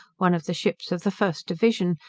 one of the ships of the first division,